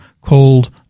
called